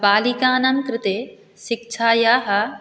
बालिकानां कृते शिक्षायाः